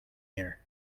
here